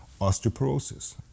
osteoporosis